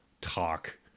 talk